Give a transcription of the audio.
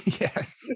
Yes